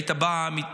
היית בא,